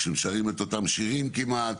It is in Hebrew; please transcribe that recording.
כשהם שרים את אותם שירים כמעט.